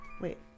Wait